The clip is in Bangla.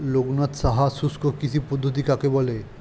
লোকনাথ সাহা শুষ্ককৃষি পদ্ধতি কাকে বলে?